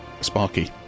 Sparky